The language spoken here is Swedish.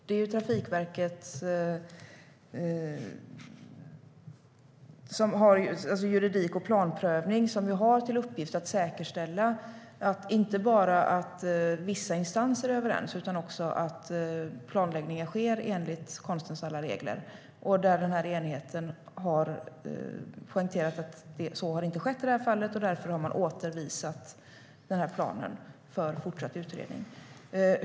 Det är Trafikverket som, när det gäller juridik och planprövning, har att säkerställa inte bara att vissa instanser är överens utan också att planläggningen skett enligt konstens alla regler. Enheten har poängterat att så inte har skett i det här fallet, och därför har man återförvisat planen för fortsatt utredning.